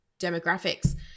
demographics